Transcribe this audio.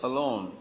Alone